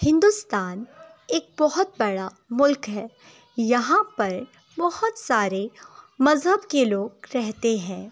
ہندوستان ایک بہت بڑا ملک ہے یہاں پر بہت سارے مذہب کے لوگ رہتے ہیں